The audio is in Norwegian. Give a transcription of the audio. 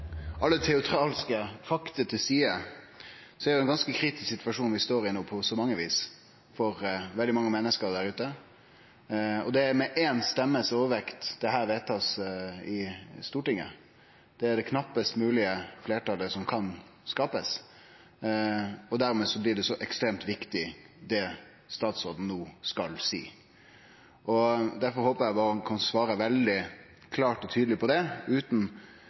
jo ein ganske kritisk situasjon vi står i no på mange vis for veldig mange menneske der ute, og det er med éi stemme overvekt at dette blir vedteke i Stortinget. Det er det knappast moglege fleirtalet som kan skapast, og dermed blir det så ekstremt viktig det statsråden no skal seie. Og derfor håpar eg han kan svare veldig klart og tydeleg på det, utan